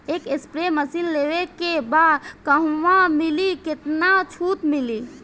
एक spray machine लेवे के बा कहवा मिली केतना छूट मिली?